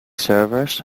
serves